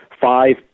five